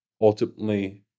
ultimately